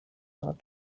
not